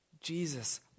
Jesus